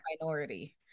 minority